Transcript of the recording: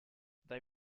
they